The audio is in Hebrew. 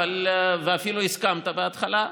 אפילו הסכמת בהתחלה,